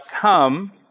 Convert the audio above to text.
come